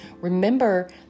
Remember